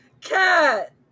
Cat